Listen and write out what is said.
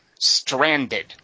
Stranded